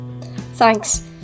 thanks